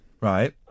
right